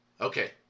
okay